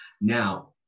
Now